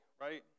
right